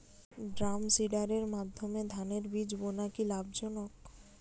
ড্রামসিডারের মাধ্যমে ধানের বীজ বোনা কি লাভজনক?